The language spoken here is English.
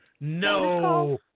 No